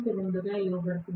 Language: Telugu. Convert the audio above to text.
2 గా ఇవ్వబడుతుంది